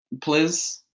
please